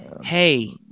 hey